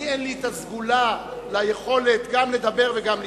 אני אין לי הסגולה והיכולת גם לדבר וגם לשמוע,